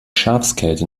schafskälte